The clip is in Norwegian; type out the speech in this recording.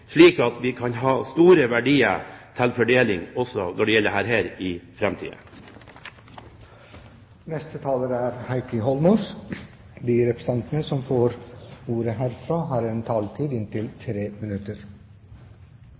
slik at vi kan ha store verdier til fordeling også i framtiden. De talere som heretter får ordet, har en taletid på inntil 3 minutter.